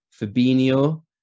Fabinho